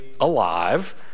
alive